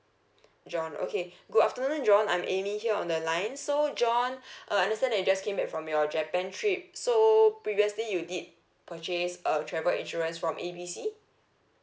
john okay good afternoon john I'm amy here on the line so john uh understand that you just came back from your japan trip so previously you did purchase uh travel insurance from A B C